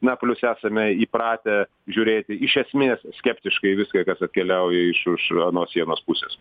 na plius esame įpratę žiūrėti iš esmės skeptiškai į viską kas atkeliauja iš iš anos sienos pusės